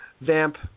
Vamp